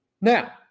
Now